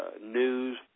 news